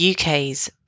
UK's